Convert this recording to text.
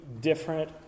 different